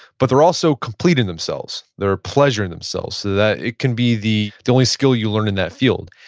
but they're also complete in themselves, they're a pleasure in themselves, so that it can be the the only skill you learn in that field.